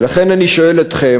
ולכן אני שואל אתכם,